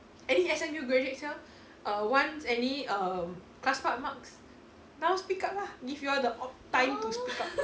any S_M_U graduates here err wants any err class pass marks now speak up lah give you all the op time to speak